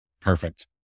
Perfect